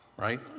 right